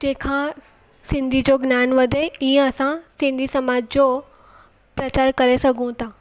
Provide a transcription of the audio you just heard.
जंहिंखां सिंधी जो ज्ञानु वधे इअं असां सिंधी समाज जो प्रचारु करे सघूं था